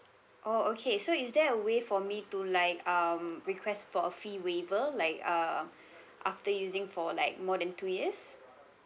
oh okay so is there a way for me to like um request for a fee waiver like uh after using for like more than two years